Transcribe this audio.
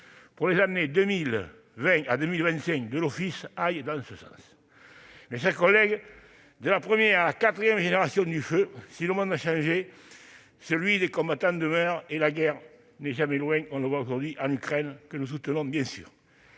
pour les années 2020 à 2025 de l'Office va dans ce sens. Mes chers collègues, de la première à la quatrième génération du feu, si le monde a changé, celui des combattants demeure, et la guerre n'est jamais loin, comme on le voit aujourd'hui en Ukraine, pays que nous soutenons bien